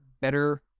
better